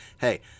hey